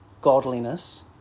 godliness